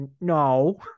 No